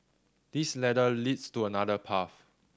this ladder leads to another path